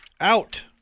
Out